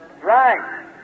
Right